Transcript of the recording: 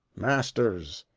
masters,